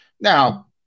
now